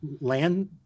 land